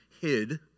hid